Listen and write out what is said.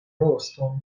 voston